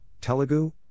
Telugu